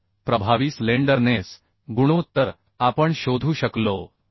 तर प्रभावी स्लेंडरनेस गुणोत्तर आपण शोधू शकलो